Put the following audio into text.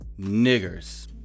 niggers